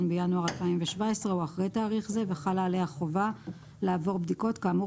בינואר 2017 או אחרי תאריך זה וחלה עליה חובה לעבור בדיקות כאמור